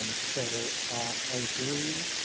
so i agree.